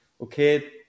okay